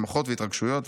שמחות והתרגשויות,